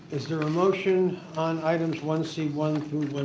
is there a motion on items one c one through